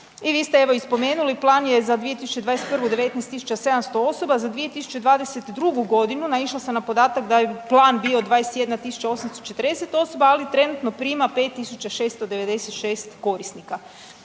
i vi ste evo i spomenuli plan je za 2021. 19.700 osoba, za 2022.g. naišla sam na podatak da je plan bio 21.840 osoba, ali trenutno prima 5.696 korisnika.